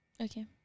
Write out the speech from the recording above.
Okay